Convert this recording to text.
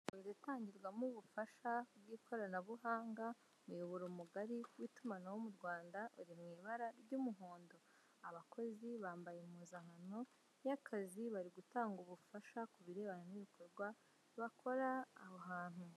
Inzu itangirwamo ubufasha bw'ikoranabuhanga umubyoboro mugari w'itumanaho mu Rwanda uri mu ibara ry'umuhondo. Abakozi bambaye impuzankano y'akazi bari gutanga ubufasha kubirebana n'ibikorwa bakora aho hantu.